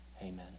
Amen